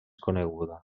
coneguda